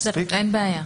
אין בעיה.